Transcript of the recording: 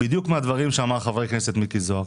בדיוק מהדברים שאמר חבר הכנסת מיקי זוהר.